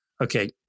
okay